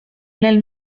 nel